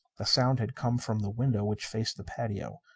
the sound had come from the window which faced the patio.